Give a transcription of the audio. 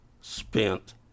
spent